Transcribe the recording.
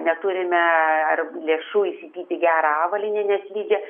neturime ar lėšų įsigyti gerą avalynę neslidžią